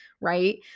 right